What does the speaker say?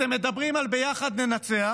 אתם מדברים על ביחד ננצח,